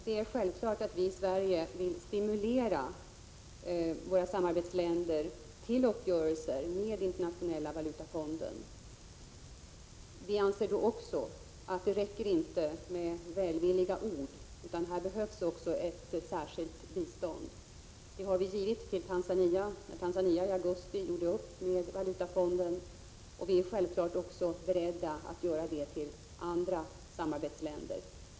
Det är självklart att vi i Sverige vill stimulera våra samarbetsländer till uppgörelser med Internationella valutafonden. Vi anser också att det inte räcker med välvilliga ord utan att det här även behövs ett särskilt bistånd. Ett sådant bistånd har vi givit Tanzania när landet i augusti gjorde upp med Valutafonden. Vi är självfallet också beredda att ge sådan hjälp till andra samarbetsländer.